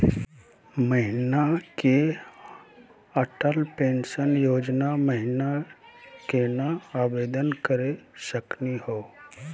हमनी के अटल पेंसन योजना महिना केना आवेदन करे सकनी हो?